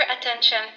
attention